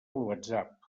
whatsapp